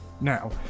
now